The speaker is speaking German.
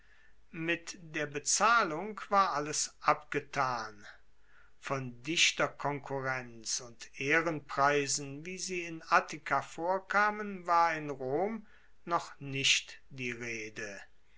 mit der bezahlung war alles abgetan von dichterkonkurrenz und ehrenpreisen wie sie in attika vorkamen war in rom noch nicht die rede